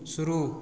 शुरू